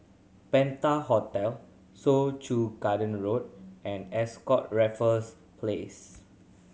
Penta Hotel Soo Chow Garden Road and Ascott Raffles Place